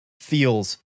feels